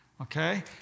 okay